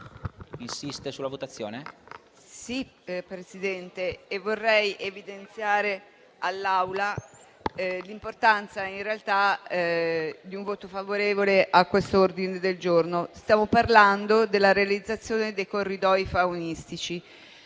Presidente, e vorrei evidenziare all'Assemblea l'importanza di un voto favorevole su questo ordine del giorno. Stiamo parlando della realizzazione dei corridoi faunistici.